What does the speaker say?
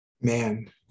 man